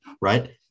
right